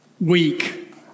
weak